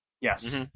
Yes